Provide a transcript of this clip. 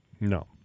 No